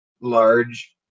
large